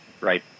Right